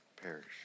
perish